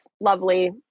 lovely